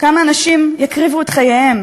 כמה אנשים יקריבו את חייהם